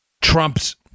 Trump's